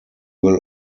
will